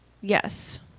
yes